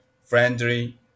friendly